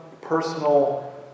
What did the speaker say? personal